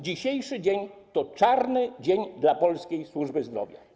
Dzisiejszy dzień to czarny dzień dla polskiej służby zdrowia.